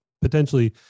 potentially